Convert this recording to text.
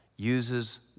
uses